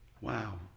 Wow